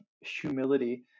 humility